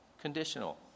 conditional